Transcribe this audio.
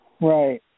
Right